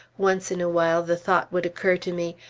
once in a while the thought would occur to me,